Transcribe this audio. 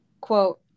quote